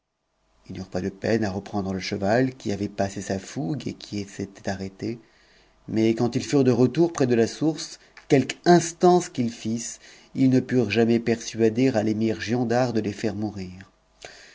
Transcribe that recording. ils n eurent pas de peine à reprendre le cheval qui avait passé sa fougue et qui s'était arrêté mais quand ils furent de retour près de ta source quelque instance qu'ils fissent ils ne purent jamais persuader à e giondar de les faire mourir